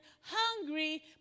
hungry